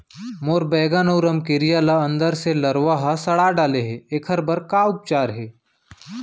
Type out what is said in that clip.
मोर बैगन अऊ रमकेरिया ल अंदर से लरवा ह सड़ा डाले हे, एखर बर का उपचार हे?